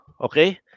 okay